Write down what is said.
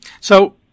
So-